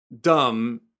dumb